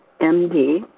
M-D